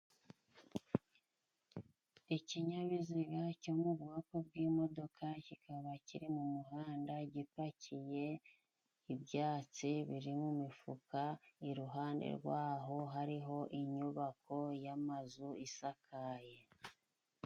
Ikinyabiziga cyo mu bwoko bw'imodoka kikaba kiri mu muhanda, gipakiye ibyatsi birimo imifuka iruhande rwa ho hariho inyubako y'amazu isakaye.